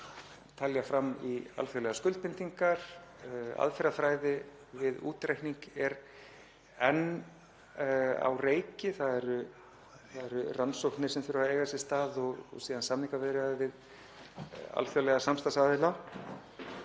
telja fram í alþjóðlegar skuldbindingar. Aðferðafræði við útreikning er enn á reiki. Rannsóknir þurfa að eiga sér stað og síðan samningaviðræður við alþjóðlega samstarfsaðila.